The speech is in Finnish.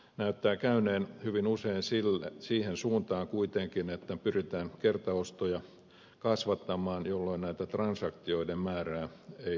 näyttää käyneen hyvin usein sen suuntaisesti kuitenkin että pyritään kertaostoja kasvattamaan jolloin transaktioiden määrää ei voida lisätä